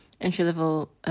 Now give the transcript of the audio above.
entry-level